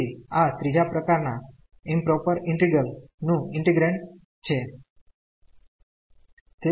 તેથી આ ત્રીજા પ્રકાર ના ઈમપ્રોપર ઇન્ટિગ્રલ નું ઈન્ટિગ્રેન્ડ છે